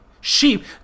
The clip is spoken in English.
sheep